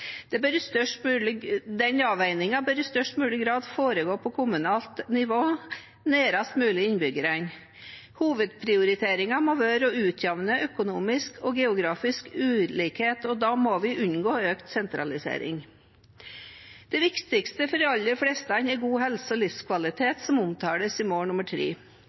Den avveiningen bør i størst mulig grad foregå på kommunalt nivå og nærmest mulig innbyggerne. Hovedprioriteringen må være å utjevne økonomisk og geografisk ulikhet, og da må vi unngå økt sentralisering. Det viktigste for de aller fleste er god helse og livskvalitet, som omtales i